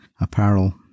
Apparel